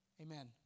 Amen